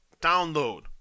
download